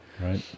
Right